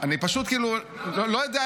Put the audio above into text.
אני פשוט כאילו -- הם לא מכירים את זה.